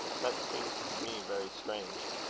that seems to me very strange.